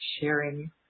sharing